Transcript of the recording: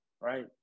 right